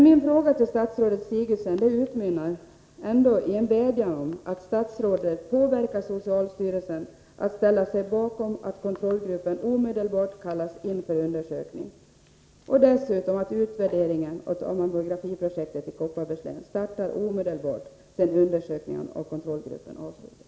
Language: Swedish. Min fråga till statsrådet Sigurdsen utmynnar i en vädjan om att statsrådet påverkar socialstyrelsen att ställa sig bakom att kontrollgruppen omedelbart kallas in för undersökning och dessutom att utvärderingen av mammografiprojektet i Kopparbergs län startar omedelbart sedan undersökningen av kontrollgruppen avslutats.